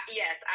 yes